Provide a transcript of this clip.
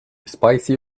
spicy